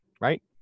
Right